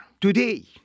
today